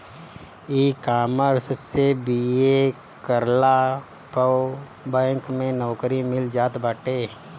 ecommerce से BA करला पअ बैंक में नोकरी मिल जात बाटे